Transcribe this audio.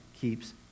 keeps